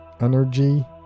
energy